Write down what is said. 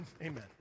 amen